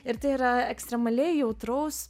ir tai yra ekstremaliai jautraus